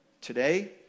Today